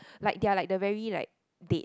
like their like the very like died